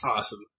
Awesome